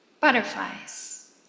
Butterflies